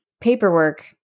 paperwork